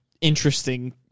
interesting